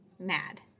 mad